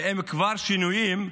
ואם כבר שינויים,